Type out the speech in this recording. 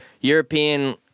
European